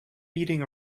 beating